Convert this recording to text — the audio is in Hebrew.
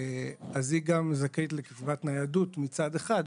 היא זכאית גם לקצבה ניידות, מצד אחד.